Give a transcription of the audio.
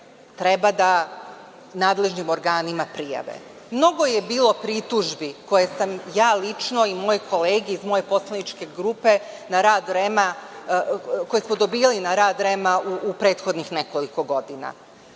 treba da nadležnim organima prijave. Mnogo je bilo pritužbi koje sam ja lično i moje kolege iz moje poslaničke grupe koje smo dobijali na rad REM-a u prethodnih nekoliko godina.